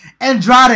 Andrade